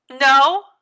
No